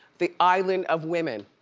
the island of women.